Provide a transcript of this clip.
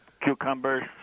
cucumbers